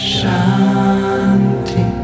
Shanti